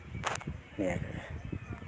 ᱱᱤᱭᱟᱹ ᱠᱚᱜᱮ